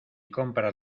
compras